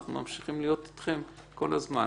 אנחנו ממשיכים להיות אתכם כל הזמן.